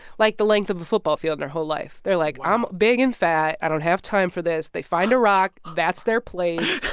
like, the length of a football field in their whole life. they're like, i'm big and fat. i don't have time for this. they find a rock. that's their place.